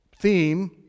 theme